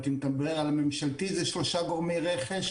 אם אתה מדבר על ממשלתי זה שלושה גורמי רכש,